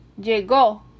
Llegó